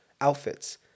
Outfits